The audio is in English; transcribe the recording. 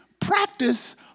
practice